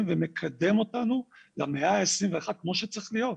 ומקדם אותנו למאה ה-21 כמו שצריך להיות.